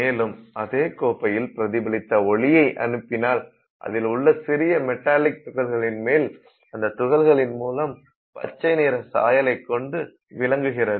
மேலும் அதே கோப்பையில் பிரதிபலித்த ஒளியை அனுப்பினால் அதில் உள்ள சிறிய மெட்டாலிக் துகள்களின் மேல் அந்த துகள்களின் மூலம் பச்சை நிற சாயலைக் கொண்டு விளங்குகிறது